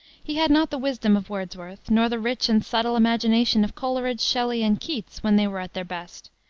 he had not the wisdom of wordsworth, nor the rich and subtle imagination of coleridge, shelley, and keats when they were at their best.